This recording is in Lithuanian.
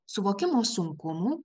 suvokimo sunkumų